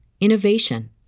innovation